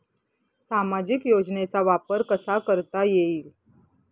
सामाजिक योजनेचा वापर कसा करता येईल?